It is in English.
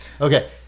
Okay